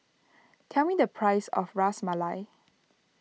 tell me the price of Ras Malai